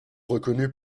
reconnus